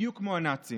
בדיוק כמו הנאצים.